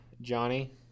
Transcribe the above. Johnny